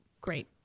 great